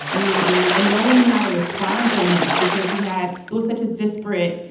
ah meaty, and no one knew how to respond to him because we had it was such a disparate